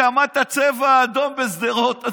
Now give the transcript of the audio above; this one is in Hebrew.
שמעת צבע אדום בשדרות.